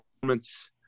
performance